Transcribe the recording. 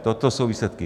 Toto jsou výsledky.